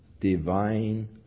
divine